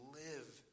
live